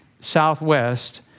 southwest